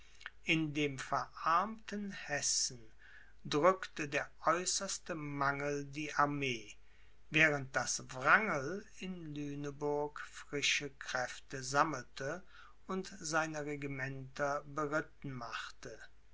in dem verarmten hessen drückte der äußerste mangel die armee während daß wrangel in lüneburg frische kräfte sammelte und seine regimenter beritten machte